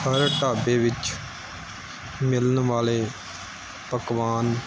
ਹਰ ਢਾਬੇ ਵਿੱਚ ਮਿਲਣ ਵਾਲੇ ਪਕਵਾਨ